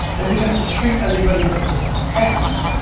and we have to treat everybody with respect,